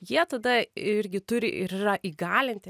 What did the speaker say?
jie tada irgi turi ir yra įgalinti